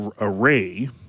array